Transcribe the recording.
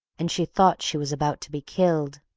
and she thought she was about to be killed.